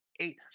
Eight